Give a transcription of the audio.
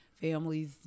families